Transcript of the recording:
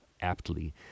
aptly